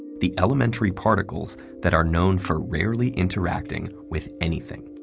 the elementary particles that are known for rarely interacting with anything.